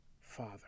Father